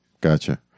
Gotcha